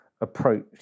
approach